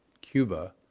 Cuba